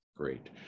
Great